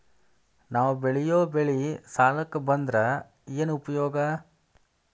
ನಾವ್ ಬೆಳೆಯೊ ಬೆಳಿ ಸಾಲಕ ಬಂದ್ರ ಏನ್ ಉಪಯೋಗ?